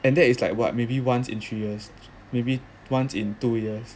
and that is like what maybe once in three years maybe once in two years